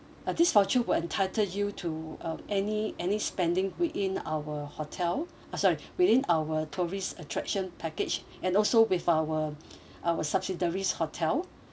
uh this voucher will entitled you to uh any any spending within our hotel uh sorry within our tourist attraction package and also with our our subsidiaries hotel